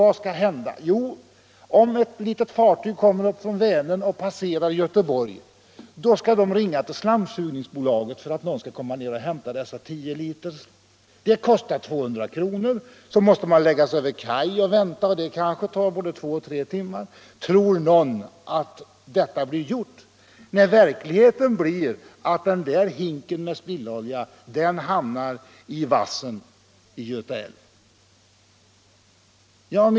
Om exempelvis ett litet fartyg kommer från Vänern och passerar Göteborg skall befälhavaren ringa till slamsugningsbolaget för att detta skall ordna med hämtning av kanske tio liter olja. Det kostar 200 kr. Dessutom måste man lägga sig vid kaj och vänta, och det tar kanske två eller tre timmar. Tror någon att detta blir gjort? Nej, verkligheten blir att den där hinken med spillolja hamnar i vassen i Göta älv.